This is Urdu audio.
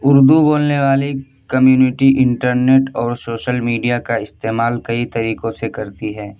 اردو بولنے والے کمیونٹی انٹرنیٹ اور سوشل میڈیا کا استعمال کئی طریقوں سے کرتی ہے